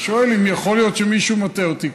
אתה שואל אם יכול להיות שמישהו מטעה אותי.